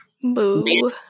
Boo